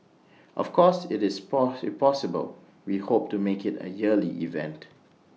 of course IT is if possible we hope to make IT A yearly event